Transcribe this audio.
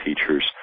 teachers